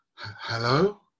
Hello